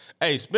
Hey